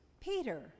Peter